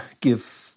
give